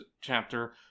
chapter